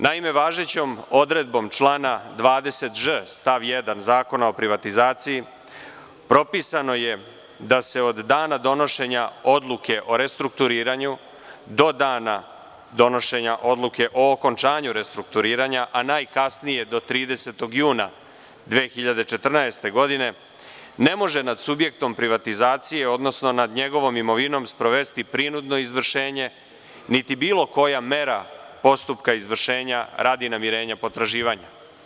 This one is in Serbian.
Naime, važećom odredbom člana 20ž stav 1. Zakona o privatizaciji propisano je da se od dana donošenja odluke o restrukturiranju do dana donošenja odluke o okončanju restrukturiranja, a najkasnije do 30. juna 2014. godine, ne može nad subjektom privatizacije, odnosno nad njegovom imovinom sprovesti prinudno izvršenje, niti bilo koja mera postupka izvršenja radi namirenja potraživanja.